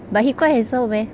but he quite handsome eh